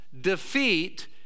defeat